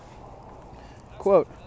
quote